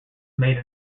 made